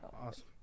Awesome